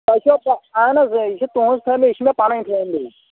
تۄہہِ چھوا اہَن حظ یہِ چھِ تُہٕنٛز فیملی یہِ چھِ مےٚ پَنٕںۍ فیملی